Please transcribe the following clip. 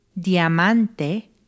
Diamante